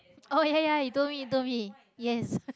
oh ya ya you told me you told me yes